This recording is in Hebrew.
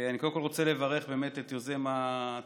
אני קודם כול רוצה לברך באמת את יוזם הצעת